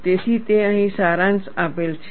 તેથી તે અહીં સારાંશ આપેલ છે